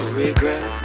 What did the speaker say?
regret